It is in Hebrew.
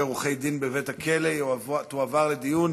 עורכי-דין בבית-הכלא תועברנה לדיון